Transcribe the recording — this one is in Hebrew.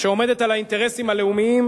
שעומדת על האינטרסים הלאומיים,